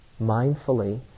mindfully